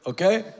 Okay